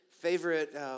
favorite